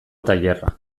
tailerra